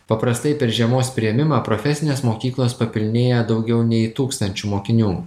paprastai per žiemos priėmimą profesinės mokyklos papilnėja daugiau nei tūkstančiu mokinių